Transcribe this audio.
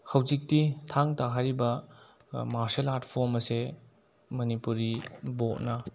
ꯍꯧꯖꯤꯛꯇꯤ ꯊꯥꯡ ꯇꯥ ꯍꯥꯏꯔꯤꯕ ꯃꯥꯔꯁꯤꯌꯦꯜ ꯑꯥꯔꯠꯐꯣꯝ ꯑꯁꯦ ꯃꯅꯤꯄꯨꯔꯤ ꯕꯣꯠꯅ